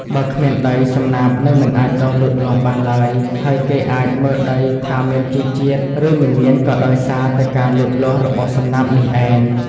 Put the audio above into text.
បើគ្មានដី សំណាបនឹងមិនអាចដុះលូតលាស់បានឡើយ ហើយគេអាចមើលដីថាមានជីជាតិ ឬមិនមានក៏ដោយសារតែការលូតលាស់របស់សំណាបនេះឯង។